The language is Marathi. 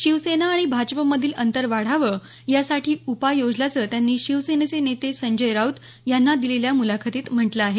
शिवसेना आणि भाजपमधील अंतर वाढावं यासाठी उपाय योजल्याचं त्यांनी शिवसेनेचे नेते संजय राऊत यांना दिलेल्या मुलाखतीत म्हटलं आहे